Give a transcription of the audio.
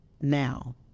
now